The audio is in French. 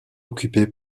occupé